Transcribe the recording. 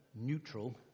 neutral